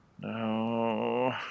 No